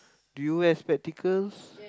do you wear spectacles